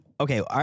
okay